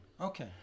Okay